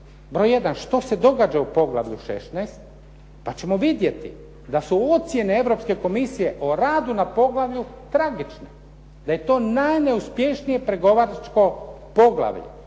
broj 1, što se događa u poglavlju 16, pa ćemo vidjeti da su ocjene Europske komisije o radu na poglavlju tragične. Da je to najneuspješnije pregovaračko poglavlje.